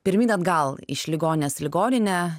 pirmyn atgal iš ligoninės į ligoninę